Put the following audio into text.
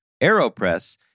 AeroPress